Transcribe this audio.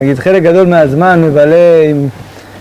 נגיד חלק גדול מהזמן אני מבלה עם